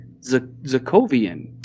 Zakovian